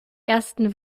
ersten